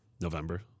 november